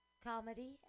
Comedy